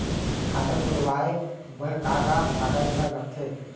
खाता खोलवाये बर का का कागज ल लगथे?